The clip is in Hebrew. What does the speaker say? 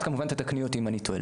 את כמובן תתקני אותי אם אני טועה,